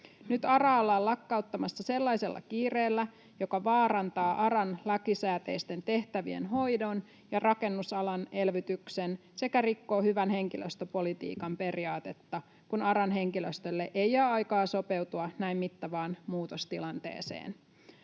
Nyt ARAa ollaan lakkauttamassa sellaisella kiireellä, joka vaarantaa ARAn lakisääteisten tehtävien hoidon ja rakennusalan elvytyksen sekä rikkoo hyvän henkilöstöpolitiikan periaatetta, kun ARAn henkilöstölle ei jää aikaa sopeutua näin mittavaan muutostilanteeseen.